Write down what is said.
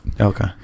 Okay